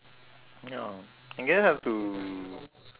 ya I guess have to